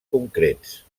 concrets